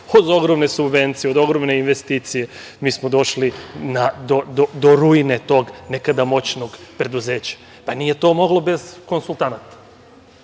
od ogromne subvencije, od ogromne investicije, mi smo došli do ruine tog nekada moćnog preduzeća. Nije to moglo bez konsultanata.